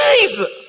Jesus